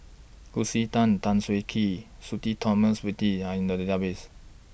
Lucy Tan Tan Siah Kwee Sudhir Thomas Vadaketh Are in The Database